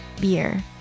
Beer